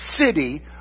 city